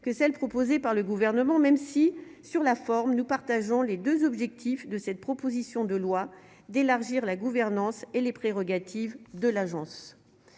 que celle proposée par le gouvernement, même si sur la forme, nous partageons les 2 objectifs de cette proposition de loi d'élargir la gouvernance et les prérogatives de l'agence